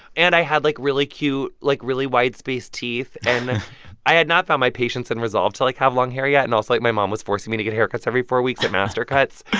and i had, like, really cute, like, really wide-spaced teeth. and i had not found my patience and resolve to, like, have long hair yet, and also, like, my mom was forcing me to get haircuts every four weeks at mastercuts,